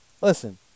Listen